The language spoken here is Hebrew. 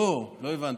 לא, לא הבנת.